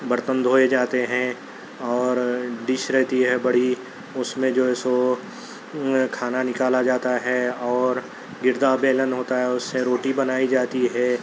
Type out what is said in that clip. برتن دھوئے جاتے ہیں اور ڈِش رہتی ہے بڑی اُس میں جو ہے سو کھانا نکالا جاتا ہے اور گردا بیلن ہوتا ہے اُس سے روٹی بنائی جاتی ہے